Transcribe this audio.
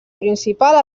principal